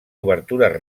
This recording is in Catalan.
obertures